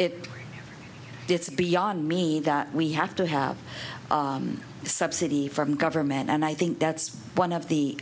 happen it is beyond me that we have to have a subsidy from government and i think that's one of the